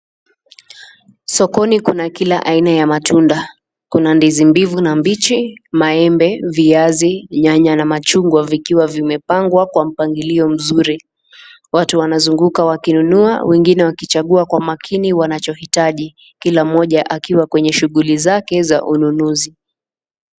Sokoni kuna kila aina ya matunda, kuna ndizi mbivu na mbichi, maembe, viazi, nyanya na machungwa vikiwa vimepangwa kwa mpangilio mzuri. Watu wanazunguka wakinunua, wengine wakichagua kwa makini wanachoitaji. Kila mmoja akiwa kwenye shughuli zake za ununuzi.